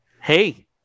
hey